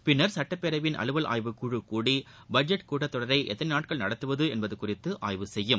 பின்னர் சட்டப்பேரவையின் அலுவல் ஆய்வுக்குழு கூடி பட்ஜெட் கூட்டத்தொடரை எத்தனை நாட்கள் நடத்துவது என்பது குறித்து ஆய்வு செய்யும்